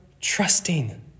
trusting